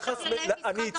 יש תחלואה גם בערים ---.